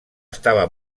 estava